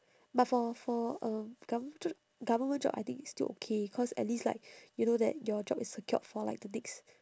but for for um government jo~ government job I think it's still okay cause at least like you know that your job is secured for like the next